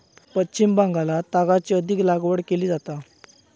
पश्चिम बंगालात तागाची अधिक लागवड केली जाता